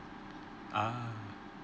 ah